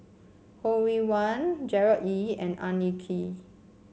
Ho Rih Hwa Gerard Ee and Ang Hin Kee